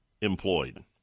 employed